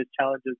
challenges